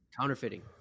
Counterfeiting